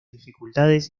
dificultades